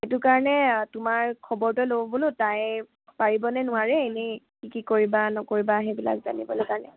সেইটো কাৰণে তোমাৰ খবৰটোৱে লওঁ বোলো তাই পাৰিবনে নোৱাৰে এনেই কি কি কৰিবা নকৰিবা সেইবিলাক জানিবলে কাৰণে